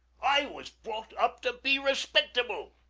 i was brought up to be respectable.